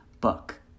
book